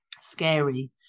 scary